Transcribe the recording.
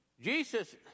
Jesus